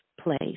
place